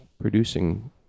producing